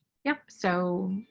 yep. so,